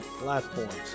platforms